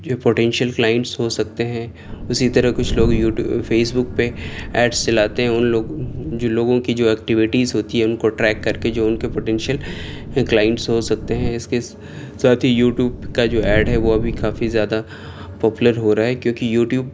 جو potential clients ہو سکتے ہیں اسی طرح کچھ لوگ یوٹیو فیس بک پہ ایڈس چلاتے ہیں ان لوگ جن لوگوں کی جو ایکٹوٹیز ہوتی ہے ان کو ٹریک کر کے جو ان کے پوٹینشیل کلائنٹس ہو سکتے ہیں اس کے ساتھ ہی یوٹیوب کا جو ایڈ ہے وہ ابھی کافی زیادہ پوپلر ہو رہا ہے کیوں کہ یوٹیوب